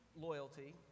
loyalty